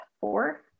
four